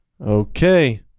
okay